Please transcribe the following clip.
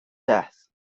death